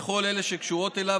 וכל אלה שקשורות אליו,